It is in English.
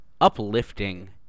uplifting